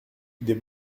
des